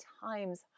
times